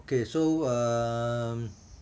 okay so um